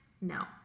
No